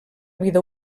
vida